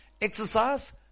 exercise